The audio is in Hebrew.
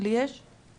לי יש הערה.